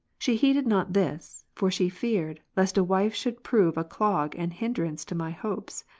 she heeded not this, for she feared, lest a wife should prove a clog and hindrance to my hopes.